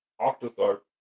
Octothorpe